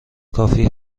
کافی